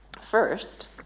First